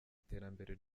iterambere